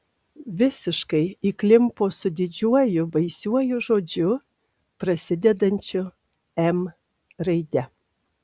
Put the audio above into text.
visiškai įklimpo su didžiuoju baisiuoju žodžiu prasidedančiu m raide